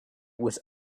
was